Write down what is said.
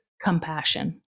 compassion